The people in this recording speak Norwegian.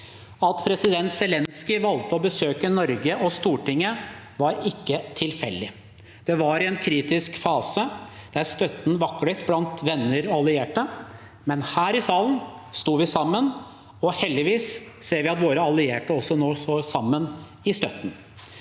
At president Zelenskyj valgte å besøke Norge og Stortinget, var ikke tilfeldig. Det var i en kritisk fase, der støtten vaklet blant venner og allierte, men her i salen sto vi sammen, og heldigvis ser vi at våre allierte nå også står sammen i støtten.